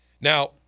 Now